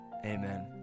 Amen